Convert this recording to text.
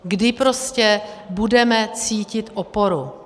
Kdy prostě budeme cítit oporu?